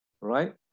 right